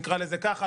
נקרא לזה ככה,